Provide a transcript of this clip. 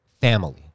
Family